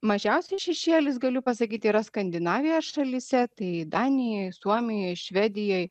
mažiausias šešėlis galiu pasakyti yra skandinavijos šalyse tai danijoj suomijoj švedijoj